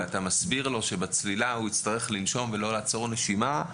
אתה מסביר לו שבצלילה הוא יצטרך לנשום ולא לעצור נשימה,